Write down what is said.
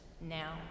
now